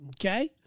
Okay